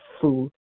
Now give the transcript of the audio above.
food